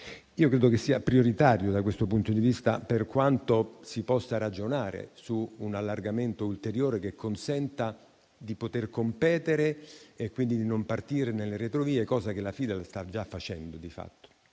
Credo sia prioritario da questo punto di vista, ragionare su un allargamento ulteriore che consenta di poter competere e, quindi, di non partire nelle retrovie, cosa che la FIDAL sta già facendo di fatto.